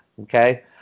Okay